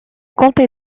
comté